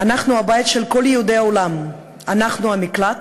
"אנחנו הבית של כל יהודי בעולם, אנחנו המקלט,